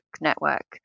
Network